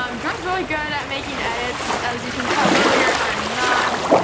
um jordan's really good at making edits, as you can tell earlier i'm not.